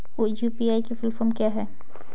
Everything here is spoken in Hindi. यू.पी.आई की फुल फॉर्म क्या है?